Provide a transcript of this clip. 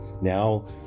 now